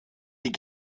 die